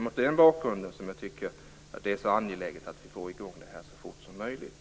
Mot den bakgrunden tycker jag att det är angeläget att få i gång detta så fort som möjligt.